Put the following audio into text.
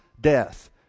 death